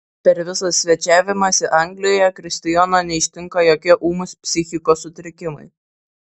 per visą svečiavimąsi anglijoje kristijono neištinka jokie ūmūs psichikos sutrikimai